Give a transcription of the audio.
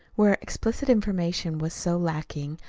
where explicit information was so lacking,